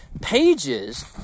pages